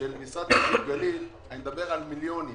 משרד נגב גליל ואני מדבר על מיליוני שקלים.